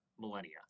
millennia